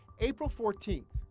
april fourteenth,